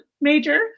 major